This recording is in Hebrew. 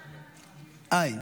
אין.